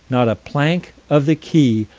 not a plank of the quay,